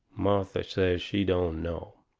martha says she don't know.